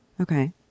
Okay